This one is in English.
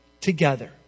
together